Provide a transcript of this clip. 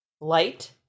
Light